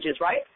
right